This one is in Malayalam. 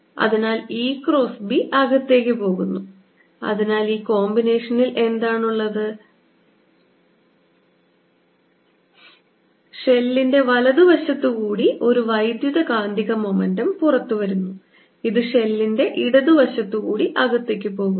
അതിനാൽ E ക്രോസ് B അകത്തേക്ക് പോകുന്നു അതിനാൽ ഈ കോമ്പിനേഷനിൽ എന്താണുള്ളത് ഷെല്ലിന്റെ വലതുവശത്തുകൂടി ഒരു വൈദ്യുതകാന്തിക മൊമെന്റം പുറത്തുവരുന്നു ഇത് ഷെല്ലിന്റെ ഇടതുവശത്തുകൂടി അകത്തേക്ക് പോകുന്നു